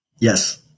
Yes